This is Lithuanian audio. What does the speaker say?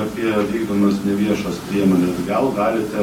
apie vykdomas neviešas priemones gal galite